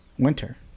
winter